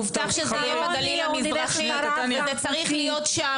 הובטח שזה יהיה בגליל המזרחי וזה צריך להיות שם,